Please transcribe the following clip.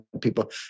people